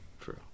True